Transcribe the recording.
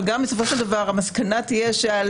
אבל גם אם בסופו של דבר המסקנה תהיה שעל